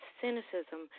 cynicism